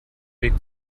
weg